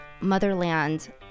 motherland